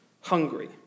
hungry